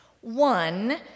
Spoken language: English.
One